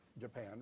Japan